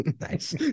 Nice